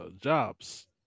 jobs